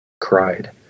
cried